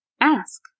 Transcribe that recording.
Ask